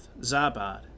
Zabad